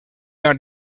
are